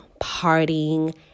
partying